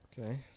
Okay